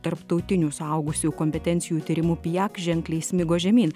tarptautinių suaugusiųjų kompetencijų tyrimų pijak ženkliai smigo žemyn